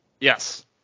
Yes